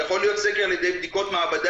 יכול להיות סקר על ידי בדיקות מעבדה,